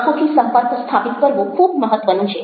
આંખોથી સંપર્ક સ્થાપિત કરવો ખૂબ મહત્ત્વનું છે